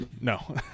no